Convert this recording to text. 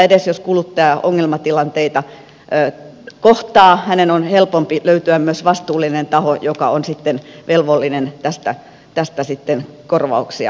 tästedes jos kuluttaja ongelmatilanteita kohtaa hänen on helpompi löytää myös vastuullinen taho joka on sitten velvollinen tästä korvauksia antamaan